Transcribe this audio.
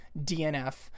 DNF